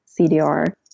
CDR